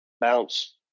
bounce